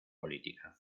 política